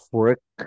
work